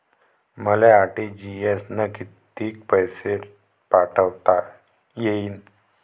मले आर.टी.जी.एस न कितीक पैसे पाठवता येईन?